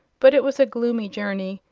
but it was a gloomy journey,